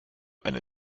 eine